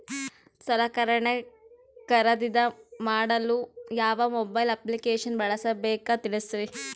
ಸಲಕರಣೆ ಖರದಿದ ಮಾಡಲು ಯಾವ ಮೊಬೈಲ್ ಅಪ್ಲಿಕೇಶನ್ ಬಳಸಬೇಕ ತಿಲ್ಸರಿ?